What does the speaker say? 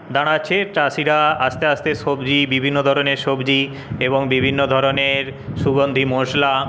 দাঁড়াচ্ছে চাষিরা আস্তে আস্তে সবজি বিভিন্ন ধরনের সবজি এবং বিভিন্ন ধরনের সুগন্ধি মশলা